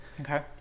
Okay